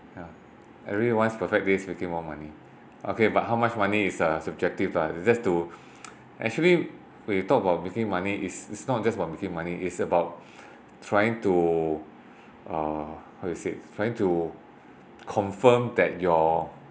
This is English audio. yeah everyone's perfect day is making more money okay but how much money is uh subjective lah that's to actually when you talk about making money it's it's not just about making money it's about trying to uh how to say trying to confirm that your